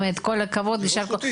כל הכבוד ויישר כוח.